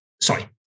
Sorry